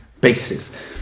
basis